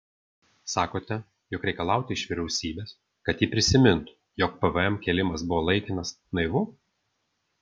sakote jog reikalauti iš vyriausybės kad ji prisimintų jog pvm kėlimas buvo laikinas naivu